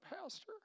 pastor